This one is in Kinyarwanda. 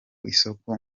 isoko